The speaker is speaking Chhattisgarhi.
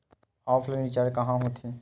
ऑफलाइन रिचार्ज कहां होथे?